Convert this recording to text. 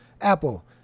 Apple